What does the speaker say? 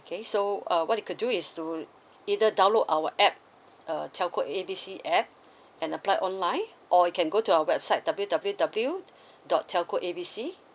okay so uh what you could do is to either download our app uh telco A B C app and apply online or you can go to our website W_W_W dot telco A B C